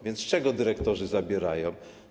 Więc z czego dyrektorzy zabierają?